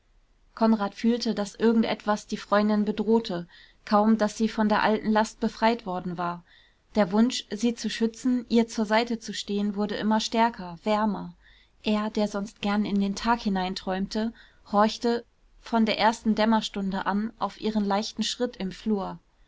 konrad fühlte daß irgend etwas die freundin bedrohte kaum daß sie von der alten last befreit worden war der wunsch sie zu schützen ihr zur seite zu stehen wurde immer stärker wärmer er der sonst gern in den tag hineinträumte horchte von der ersten dämmerstunde an auf ihren leichten schritt im flur